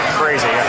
crazy